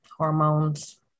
hormones